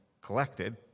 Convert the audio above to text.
collected